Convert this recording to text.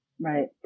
Right